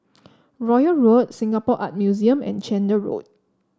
Royal Road Singapore Art Museum and Chander Road